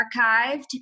archived